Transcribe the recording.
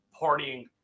partying